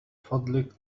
فضلك